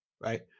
right